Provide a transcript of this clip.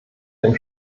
dem